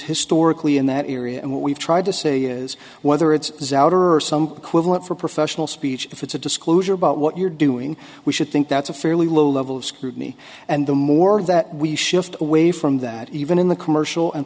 historically in that area and what we've tried to say is whether it's souter or some equivalent for professional speech if it's a disclosure about what you're doing we should think that's a fairly low level of scrutiny and the more that we shift away from that even in the commercial and